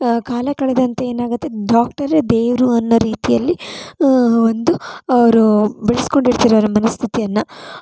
ಕಾಲ ಕಳೆದಂತೆ ಏನಾಗತ್ತೆ ಡಾಕ್ಟರೇ ದೇವರು ಅನ್ನೋ ರೀತಿಯಲ್ಲಿ ಒಂದು ಅವರು ಬೆಳೆಸ್ಕೊಂಡಿರ್ತಾರೆ ಅವರ ಮನಸ್ಥಿತಿಯನ್ನು